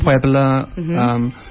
Puebla